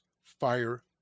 fire